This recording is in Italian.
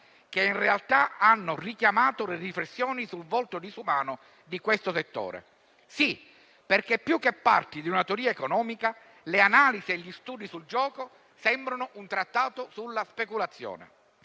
che in realtà ha richiamato le riflessioni sul volto disumano di questo settore. Perché più che parti di una teoria economica, le analisi e gli studi sul gioco sembrano un trattato sulla speculazione.